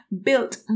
built